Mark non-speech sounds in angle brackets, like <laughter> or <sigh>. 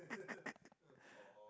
<laughs>